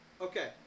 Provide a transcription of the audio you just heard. Okay